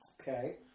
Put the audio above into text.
Okay